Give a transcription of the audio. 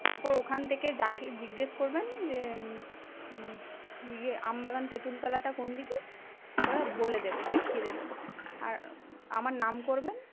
তারপর ওখান থেকে যাকে জিজ্ঞেস করবেন যে ইয়ে আমবাগান তেঁতুলতলাটা কোনদিকে ওরা বলে দেবে দেখিয়ে দেবে আর আমার নাম করবেন